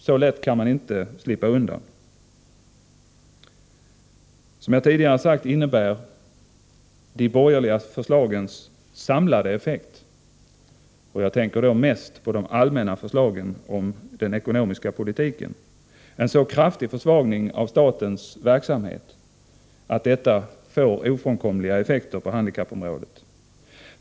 Så lätt kan man inte slippa undan. Som jag tidigare sagt innebär den samlade effekten av de borgerligas förslag — jag tänker mest på de allmänna förslagen om den ekonomiska politiken — en så kraftig försvagning av statens verksamhet att det får ofrånkomliga återverkningar på handikappområdet.